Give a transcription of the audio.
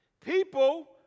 people